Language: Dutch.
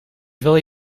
willen